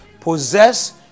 possess